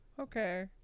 Okay